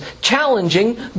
challenging